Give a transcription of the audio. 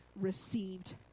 received